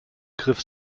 griff